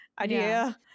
idea